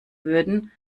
würden